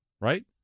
right